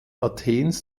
athens